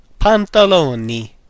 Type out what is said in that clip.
Pantaloni